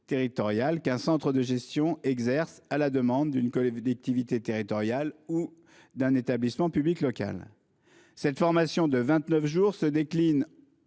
un centre de gestion à la demande d'une collectivité territoriale ou d'un établissement public local. Cette formation de vingt-neuf jours se décline